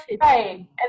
right